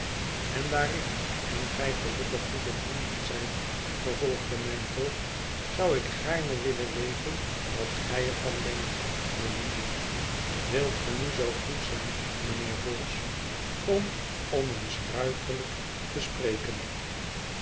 en daar rick en gij gelukkig goede vrienden zijt vervolgde mijn voogd zou ik gaarne willen weten wat gij er van denkt melieve wilt ge nu zoo goed zijn mijnheer vholes om om eens ruiterlijk te spreken